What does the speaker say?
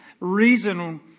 reason